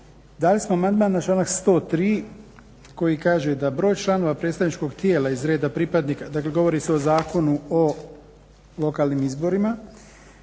dali smo amandman na članak 103.koji kaže da broj članova predstavničkog tijela iz reda pripadnika, dakle govori se o Zakonu o lokalnim izborima,